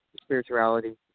spirituality